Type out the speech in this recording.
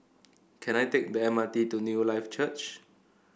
can I take the M R T to Newlife Church